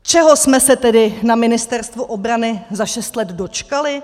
Čeho jsme se tedy na Ministerstvu obrany za šest dočkali?